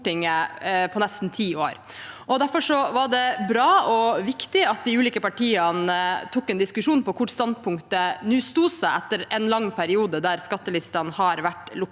på nesten ti år. Derfor var det bra og viktig at de ulike partiene tok en diskusjon om hvordan standpunktet sto seg etter en lang periode der skattelistene har vært lukket.